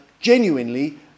genuinely